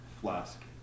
flask